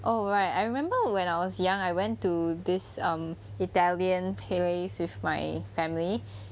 oh right I remember when I was young I went to this um italian place with my family